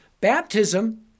Baptism